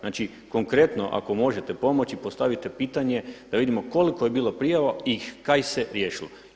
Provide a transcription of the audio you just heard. Znači konkretno ako možete pomoći postavite pitanje da vidimo koliko je bilo prijava i kaj se riješilo.